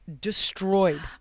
destroyed